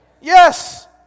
Yes